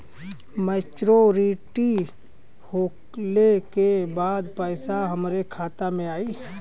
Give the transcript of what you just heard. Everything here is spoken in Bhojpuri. मैच्योरिटी होले के बाद पैसा हमरे खाता में आई?